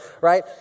Right